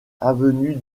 avenue